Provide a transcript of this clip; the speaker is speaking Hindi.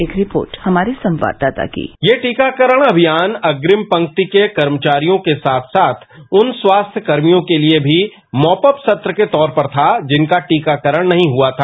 एक रिपोर्ट हमारे संवाददाता की यह टीकाकरण अमियोन अप्रिम पांक्ति के कर्मचारियों के साथ साथ उन स्वास्थ्य कर्मियों के लिए भी मॉप अप सत्र के तौर पर था जिनका टीकाकरण नहीं हुआ था